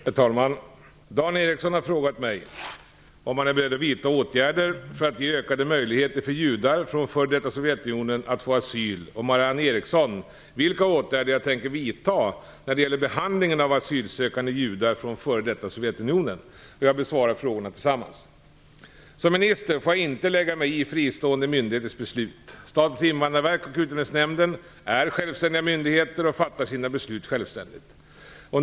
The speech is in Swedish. Herr talman! Dan Ericsson har frågat mig om jag är beredd att vidta åtgärder för att ge ökade möjligheter för judar från f.d. Sovjetunionen att få asyl och Marianne Andersson vilka åtgärder jag tänker vidta när det gäller behandlingen av asylsökande judar från f.d. Sovjetunionen. Jag besvarar frågorna tillsammans. Som minister får jag inte lägga mig i fristående myndigheters beslut. Statens invandrarverk och Utlänningsnämnden är självständiga myndigheter och fattar sina beslut självständigt.